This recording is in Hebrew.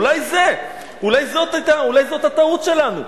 אולי זאת הטעות שלנו.